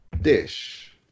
dish